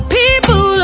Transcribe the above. people